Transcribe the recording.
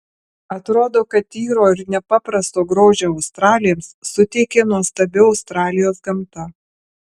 atrodo kad tyro ir nepaprasto grožio australėms suteikė nuostabi australijos gamta